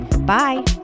Bye